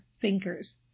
thinkers